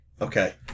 Okay